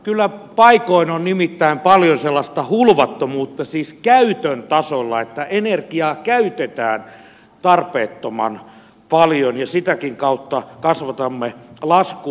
kyllä paikoin on nimittäin paljon sellaista hulvattomuutta siis käytön tasolla että energiaa käytetään tarpeettoman paljon ja sitäkin kautta kasvatamme laskua